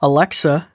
Alexa